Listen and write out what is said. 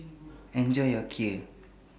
Enjoy your Kheer